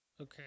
Okay